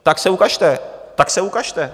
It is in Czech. Tak se ukažte, tak se ukažte!